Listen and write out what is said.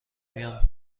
میام